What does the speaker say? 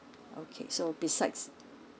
okay so besides